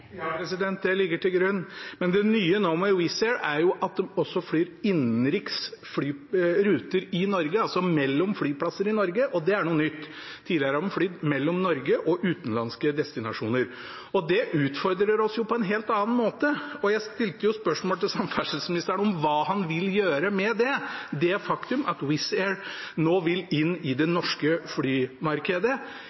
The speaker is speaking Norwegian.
Ja det ligger til grunn. Men det nye nå med Wizz Air er at de flyr innenriksruter i Norge, mellom flyplasser i Norge. Det er noe nytt. Tidligere har de flydd mellom Norge og utenlandske destinasjoner. Det utfordrer oss på en helt spesiell måte. Jeg stilte spørsmål til samferdselsministeren om hva han vil gjøre med det faktum at Wizz Air nå vil inn i det